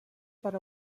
per